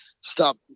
stop